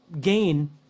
gain